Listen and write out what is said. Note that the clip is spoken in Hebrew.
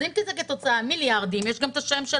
אז אם זה כתוצאה, מיליארדים יש גם את השם של